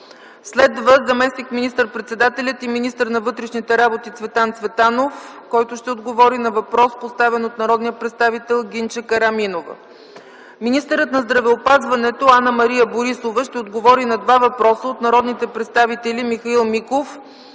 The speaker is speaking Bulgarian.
Следва заместник министър-председателят и министър на вътрешните работи Цветан Цветанов, който ще отговори на въпрос, поставен от народния представител Гинче Караминова. Министърът на здравеопазването Анна-Мария Борисова ще отговори на два въпроса от: народния представител Михаил Миков